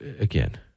again